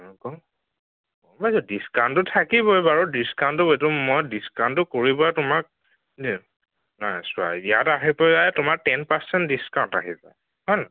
গম পাইছো ডিচকাউণ্টটো থাকিবই বাৰু ডিচকাউণ্টটো এইটো মই ডিচকাউণ্টটো কৰি বাৰু তোমাক চোৱা ইয়াত আহি পেলাই তোমাৰ টেন পাৰ্চেণ্ট ডিচকাউণ্ট আহি যায় হয় নহয়